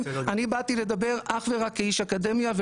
אני באתי לדבר אך ורק כאיש אקדמיה,